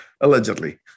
allegedly